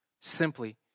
simply